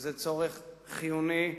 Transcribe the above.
וזה צורך חיוני,